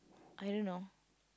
I don't know